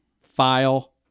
File